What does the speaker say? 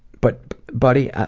but buddy,